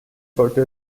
sollte